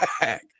back